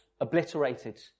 obliterated